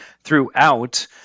throughout